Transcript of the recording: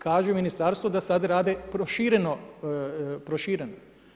Kaže u ministarstvu da sada rade prošireno.